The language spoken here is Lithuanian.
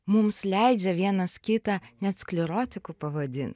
mums leidžia vienas kitą net sklerotiku pavadin